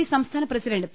P സംസ്ഥാന president P